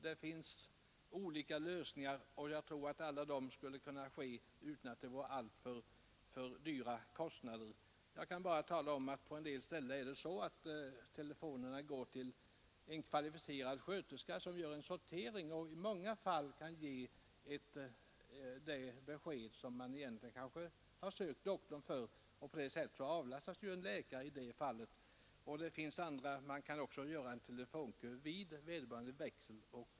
Det finns olika lösningar som skulle kunna användas utan alltför stora kostnader. På en del ställen går telefonsamtalen till en kvalificerad sköterska, som gör en sortering och i många fall kan ge det besked som patienten egentligen har sökt läkaren för. På det sättet avlastas ju läkarna. Man kan också göra en telefonkö vid sjukhusets växel.